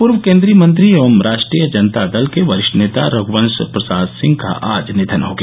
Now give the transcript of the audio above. पूर्व केंद्रीय मंत्री एवं राष्ट्रीय जनता दल के वरिष्ठ नेता रघवंश प्रसाद सिंह का आज निधन हो गया